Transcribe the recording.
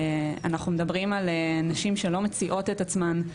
אנחנו מדברים על נשים שלא מציעות את עצמן,